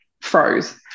froze